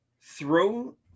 throw